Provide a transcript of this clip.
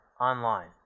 online